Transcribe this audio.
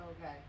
okay